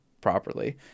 properly